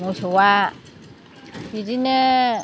मोसौआ बिदिनो